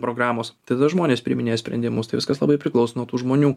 programos tada žmonės priiminėja sprendimus tai viskas labai priklauso nuo tų žmonių